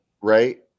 right